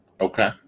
Okay